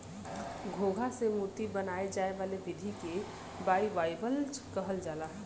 घोंघा से मोती बनाये जाए वाला विधि के बाइवाल्वज कहल जाला